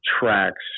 tracks